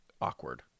awkward